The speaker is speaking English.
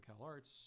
CalArts